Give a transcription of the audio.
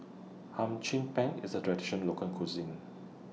Hum Chim Peng IS A Traditional Local Cuisine